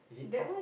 is it puff